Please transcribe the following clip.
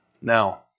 Now